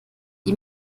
die